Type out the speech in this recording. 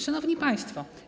Szanowni Państwo!